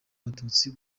abatutsi